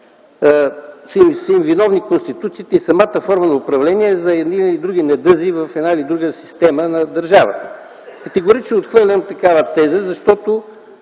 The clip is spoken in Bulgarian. са им виновни конституциите и самата форма на управление за всички недъзи в една или друга система на държавата. Категорично отхвърлям такава теза.